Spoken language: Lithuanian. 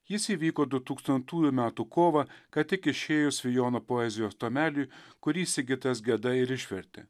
jis įvyko du tūkstantųjų metų kovą ką tik išėjusių vijono poezijos tomeliui kurį sigitas geda ir išvertė